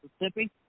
Mississippi